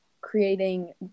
creating